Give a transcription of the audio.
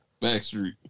Backstreet